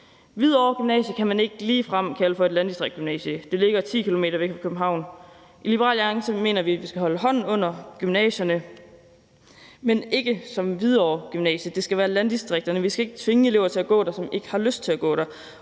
Hvidovre Gymnasium kan man ikke ligefrem kalde for et landdistriktsgymnasium. Det ligger 10 km væk fra København. I Liberal Alliance mener vi, at vi skal holde hånden under gymnasierne, men ikke et som Hvidovre Gymnasium. Det skal være i landdistrikterne. Vi skal ikke tvinge elever til at gå der, som ikke har lyst til at gå der.